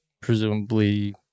presumably